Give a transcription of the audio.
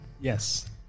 Yes